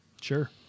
Sure